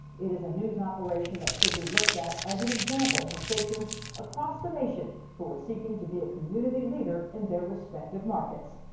it is a news operation that should be looked at as an example for stations across the nation who are seeking to be a community leader in their respective markets.